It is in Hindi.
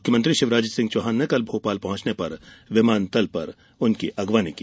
मुख्यमंत्री शिवराज सिंह चौहान ने कल भोपाल पहुँचने पर विमानतल पर उनकी अगवानी की